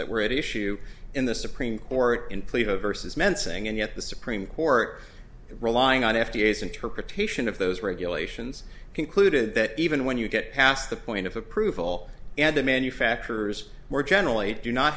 that were at issue in the supreme court and pleaded versus mensing and yet the supreme court relying on f d a as interpretation of those regulations concluded that even when you get past the point of approval and the manufacturers more generally do not